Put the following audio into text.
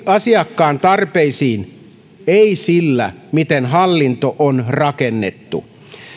asiakkaan tarpeisiin ei sillä miten hallinto on rakennettu